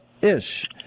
ish